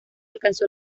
alcanzó